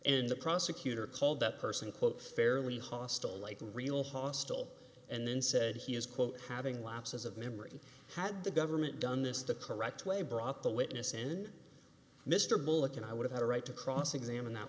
and the prosecutor called that person quote fairly hostile like a real hostile and then said he is quote having lapses of memory had the government done this the correct way brought the witness in mr bullock and i would have a right to cross examine that